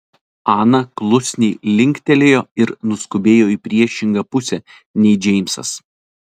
ana klusniai linktelėjo ir nuskubėjo į priešingą pusę nei džeimsas